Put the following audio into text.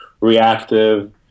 reactive